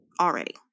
Already